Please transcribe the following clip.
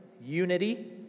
Unity